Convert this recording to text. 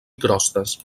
crostes